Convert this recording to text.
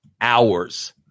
hours